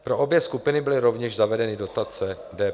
Pro obě skupiny byly rovněž zavedeny dotace DPH.